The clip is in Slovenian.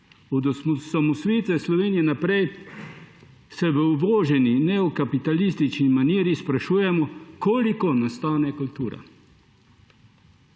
Od osamosvojitve Slovenije naprej se v uvoženi in neokapitalistični nameri sprašujemo, koliko nas stane kultura.